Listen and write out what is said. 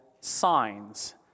signs